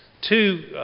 Two